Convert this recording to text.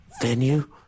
venue